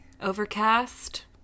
Overcast